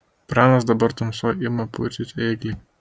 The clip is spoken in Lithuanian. pranas dabar tamsoj ima purtyti ėglį